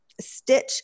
stitch